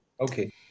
Okay